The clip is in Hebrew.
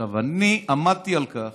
עכשיו, אני עמדתי על כך